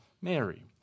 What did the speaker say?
Mary